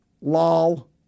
lol